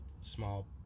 small